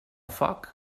foc